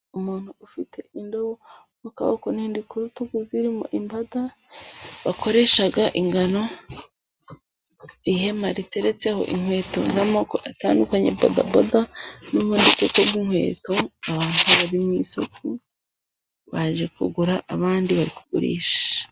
Umuntu ufite indobo mu kaboko, n'indi ku rutugu zirimo imbada bakoresha ingano, ihema riteretseho inkweto z'amoko atandukanye, bodaboda n'ubundi bwoko bw'inkweto, abantu bari mu isoko baje kugura abandi bagurisha.